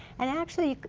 and actually,